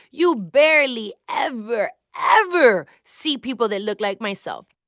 you barely ever, ever see people that look like myself